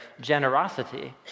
generosity